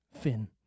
Finn